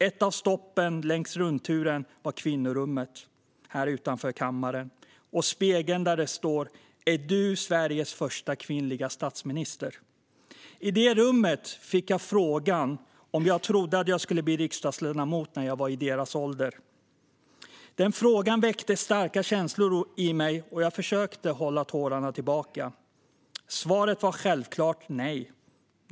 Ett av stoppen längs rundturen var Kvinnorummet här utanför kammaren, och där finns en spegel med en skylt under där det står: Är du Sveriges första kvinnliga statsminister? I det rummet fick jag frågan om jag trodde att jag skulle bli riksdagsledamot när jag var i deras ålder. Den frågan väckte starka känslor i mig, och jag försökte hålla tårarna tillbaka. Svaret var självklart nej.